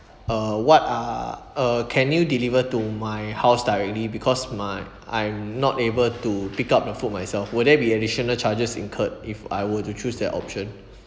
uh what are uh can you deliver to my house directly because my I'm not able to pick up the food myself would there be additional charges incurred if I were to choose that option